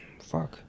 fuck